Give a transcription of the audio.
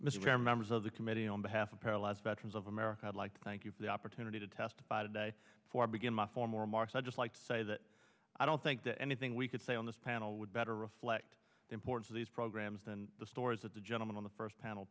for members of the committee on behalf of paralyzed veterans of america i'd like to thank you for the opportunity to testify today for begin my formal remarks i'd just like to say that i don't think that anything we could say on this panel would better reflect the importance of these programs than the stories that the gentleman on the first panel